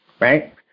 Right